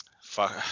fuck